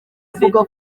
avuga